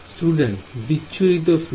Student বিচ্ছুরিত field